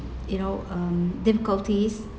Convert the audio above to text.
you know um difficulties